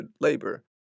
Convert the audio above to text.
labor